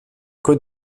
côtes